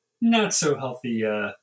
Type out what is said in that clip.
not-so-healthy